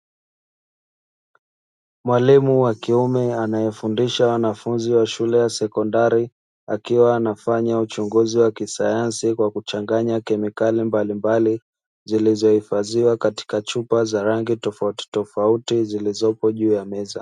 Mwalimu wa kiume anayefundisha wanafunzi wa shule ya sekondari, akiwa anafanya uchunguzi wa kisayansi kwa kuchanganya kemikali mbalimbali zilizohifandiwa katika chupa za rangi tofautitofauti zilizopo juu ya meza.